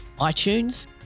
iTunes